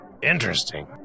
Interesting